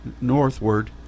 northward